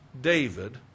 David